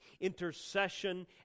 intercession